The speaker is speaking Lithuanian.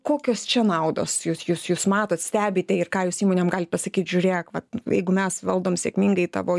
kokios čia naudos jūs jūs jūs matot stebite ir ką jūs įmonėms galit pasakyt žiūrėk va jeigu mes valdom sėkmingai tavo į